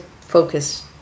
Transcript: focus